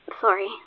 sorry